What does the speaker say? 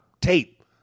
tape